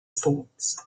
sports